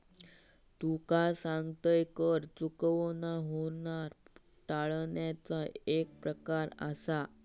तुका सांगतंय, कर चुकवणा ह्यो कर टाळण्याचो एक प्रकार आसा